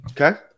Okay